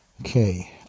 Okay